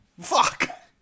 fuck